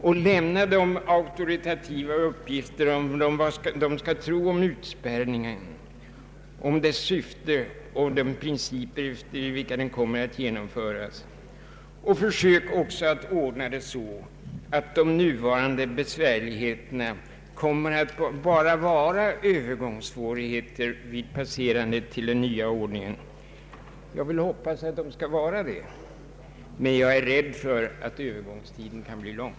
Och lämna dem auktoritativa uppgifter om utspärrningen, dess syfte och de principer efter vilka den kommer att genomföras! Försök också att ordna det så att de nuvarande besvär ligheterna bara kommer att vara Öövergångssvårigheter vid passerandet till den nya ordningen! Jag hoppas att det är Öövergångssvårigheter, men jag är rädd för att övergångstiden kan bli lång.